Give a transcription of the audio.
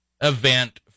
event